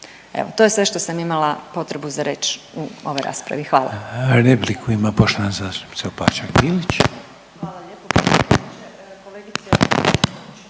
Evo to je sve što sam imala potrebu za reći u ovoj raspravi. Hvala.